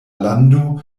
lando